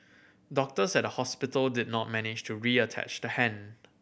doctors at the hospital did not manage to reattach the hand